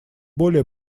более